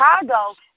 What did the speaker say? Chicago